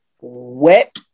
wet